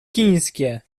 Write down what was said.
chińskie